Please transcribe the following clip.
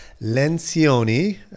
Lencioni